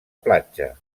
platja